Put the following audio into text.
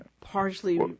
partially